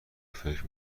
فکر